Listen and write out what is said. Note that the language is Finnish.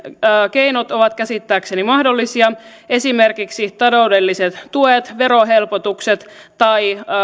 keinot ovat käsittääkseni mahdollisia esimerkiksi taloudelliset tuet verohelpotukset tai